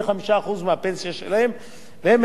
ובגלל האינפלציה הם משלמים היום,